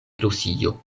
prusio